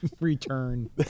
return